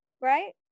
right